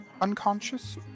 unconscious